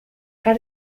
how